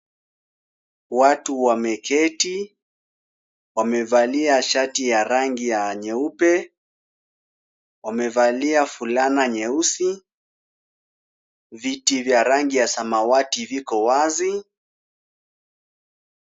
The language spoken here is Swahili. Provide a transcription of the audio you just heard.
Watu wameketi. Wamevalia shati ya rangi ya nyeupe. Wamevalia fulana nyeusi. Viti vya rangi ya samawati viko wazi.